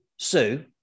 Sue